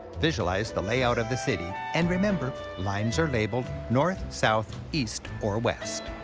visualize the layout of the city and remember lines are labeled north, south, east, or west.